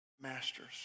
masters